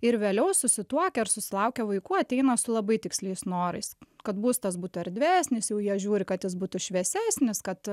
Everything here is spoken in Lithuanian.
ir vėliau susituokę ar susilaukę vaikų ateina su labai tiksliais norais kad būstas būtų erdvesnis jau jie žiūri kad jis būtų šviesesnis kad